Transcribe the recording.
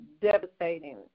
devastating